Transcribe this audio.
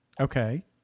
Okay